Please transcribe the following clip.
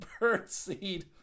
birdseed